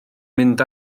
mynd